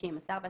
"שינוי